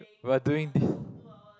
we are doing this